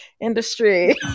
industry